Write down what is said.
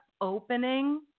opening